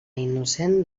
innocent